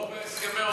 כמו בהסכמי אוסלו.